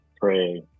pray